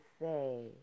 say